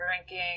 drinking